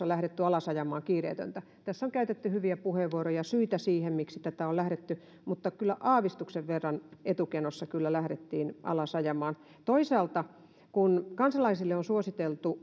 lähdetty alas ajamaan kiireetöntä hoitoa tässä on käytetty hyviä puheenvuoroja syitä siihen miksi tähän on lähdetty mutta kyllä aavistuksen verran etukenossa tätä lähdettiin alas ajamaan toisaalta kun kansalaisille on suositeltu